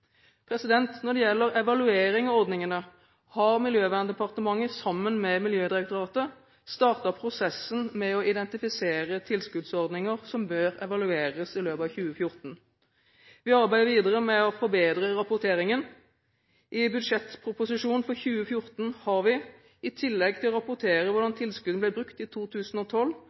Når det gjelder evaluering av ordningene, har Miljøverndepartementet sammen med Miljødirektoratet startet prosessen med å identifisere tilskuddsordninger som bør evalueres i løpet av 2014. Vi arbeider videre med å forbedre rapporteringen. I budsjettproposisjonen for 2014 har vi, i tillegg til å rapportere hvordan tilskuddene ble brukt i 2012,